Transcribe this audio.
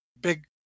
Big